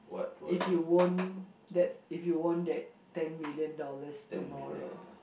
if you won that if you won that ten million dollars tomorrow